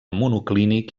monoclínic